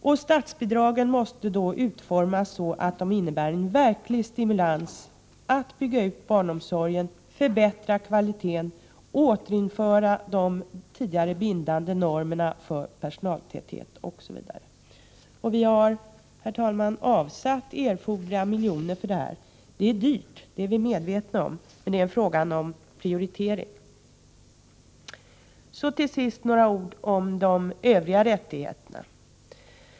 Och statsbidragen måste utformas så att de innebär en verklig stimulans att bygga ut barnomsorgen, förbättra kvaliteten, återinföra de tidigare bindande normerna för personaltäthet osv. Vi har, herr talman, avsatt erforderliga miljoner för detta ändamål. Det är dyrt, det är vi medvetna om, men det är en fråga om prioritering. Så till sist några ord om de övriga rättigheterna.